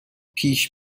پیش